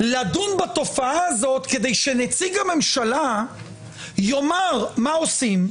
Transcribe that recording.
לדון בתופעה הזאת כדי שנציג הממשלה יאמר מה עושים,